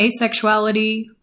asexuality